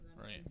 Right